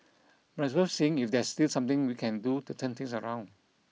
but it's worth seeing if there's still something we can do to turn things around